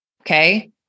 Okay